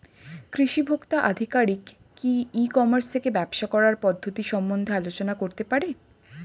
কৃষি ভোক্তা আধিকারিক কি ই কর্মাস থেকে ব্যবসা করার পদ্ধতি সম্বন্ধে আলোচনা করতে পারে?